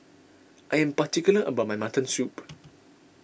I am particular about my Mutton Soup